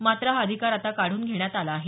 मात्र हा अधिकार आता काढून घेण्यात आला आहे